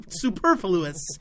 Superfluous